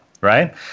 right